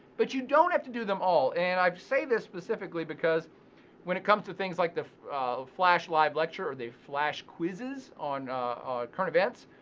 but you don't have to do them all. and i say this specifically because when it comes to things like the flash live lecture or the flash quizzes on current events,